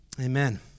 amen